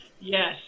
Yes